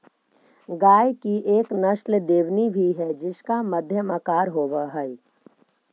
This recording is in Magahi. गाय की एक नस्ल देवनी भी है जिसका मध्यम आकार होवअ हई